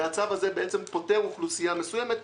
והצו הזה פוטר אוכלוסייה מסוימת,